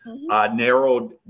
Narrowed